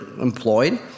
employed